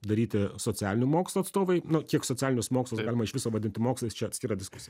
daryti socialinių mokslų atstovai nu kiek socialinius mokslus galima iš viso vadinti mokslais čia atskira diskusija